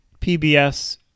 pbs